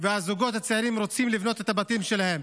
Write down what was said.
והזוגות הצעירים רוצים לבנות את הבתים שלהם.